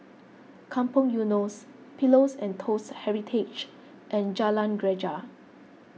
Kampong Eunos Pillows and Toast Heritage and Jalan Greja